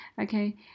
Okay